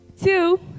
Two